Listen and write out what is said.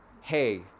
hey